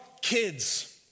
kids